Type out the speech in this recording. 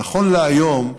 נכון להיום,